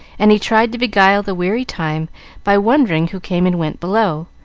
and he tried to beguile the weary time by wondering who came and went below.